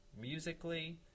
musically